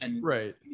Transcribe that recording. Right